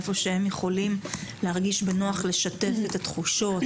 איפה שהם יכולים להרגיש בנוח לשתף את התחושות,